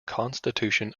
constitution